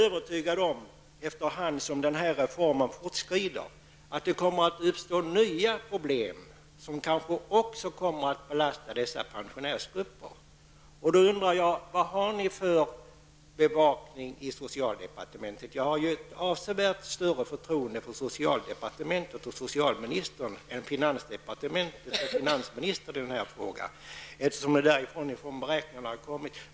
Efter hand som reformen fortskrider är jag övertygad om att det kommer att uppstå nya problem som kanske också kommer att belasta dessa pensionärsgrupper. Vad finns det för bevakning i socialdepartementet? Jag har ett avsevärt större förtroende för socialdepartementet och socialministern än för finansdepartementet och finansministern i denna fråga. Det är ju därifrån som beräkningarna har kommit.